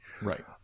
Right